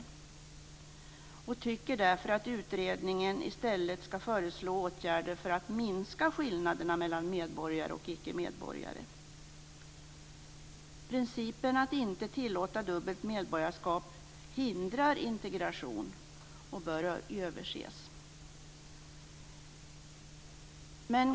Därför tycker vi att utredningen i stället skall föreslå åtgärder för att minska skillnaderna mellan medborgare och icke medborgare. Principen att inte tillåta dubbelt medborgarskap hindrar integration och bör ses över.